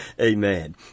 Amen